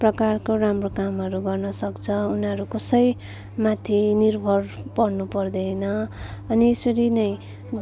प्रकारको राम्रो कामहरू गर्न सक्छ उनीहरू कसैमाथि निर्भर पर्नु पर्दैन अनि यसरी नै